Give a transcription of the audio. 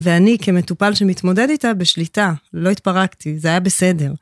ואני, כמטופל שמתמודד איתה, בשליטה, לא התפרקתי, זה היה בסדר.